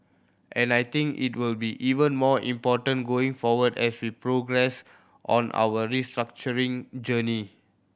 and I think it will be even more important going forward as we progress on our restructuring journey